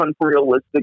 unrealistic